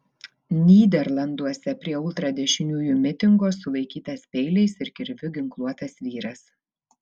nyderlanduose prie ultradešiniųjų mitingo sulaikytas peiliais ir kirviu ginkluotas vyras